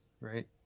right